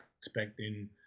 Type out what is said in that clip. expecting